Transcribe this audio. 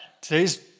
Today's